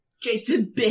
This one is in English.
Jason